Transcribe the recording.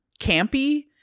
campy